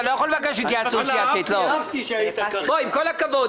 אתה לא יכול לבקש התייעצות סיעתית, עם כל הכבוד.